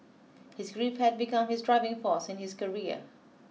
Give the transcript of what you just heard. his grief had become his driving force in his career